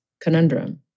conundrum